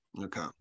okay